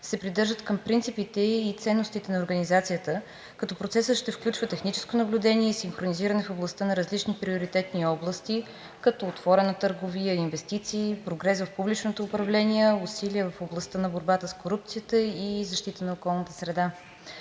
се придържат към принципите и ценностите на Организацията, като процесът ще включва техническо наблюдение и синхронизиране в областта на различни приоритетни области, като отворена търговия, инвестиции, прогрес в публичното управление, усилия в областта на борбата с корупцията и защита на околната среда.